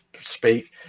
speak